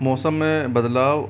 मौसम में बदलाव